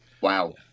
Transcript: Wow